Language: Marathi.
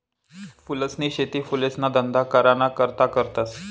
फूलसनी शेती फुलेसना धंदा कराना करता करतस